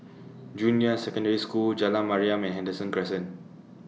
Junyuan Secondary School Jalan Mariam and Henderson Crescent